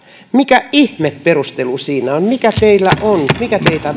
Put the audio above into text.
mikä ihmeen perustelu siinä on mikä teillä on mikä teitä